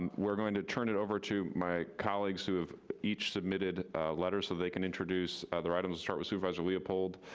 and we're gonna turn it over to my colleagues who have each submitted a letter so they can introduce their item. we'll start with supervisor leopold.